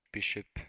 Bishop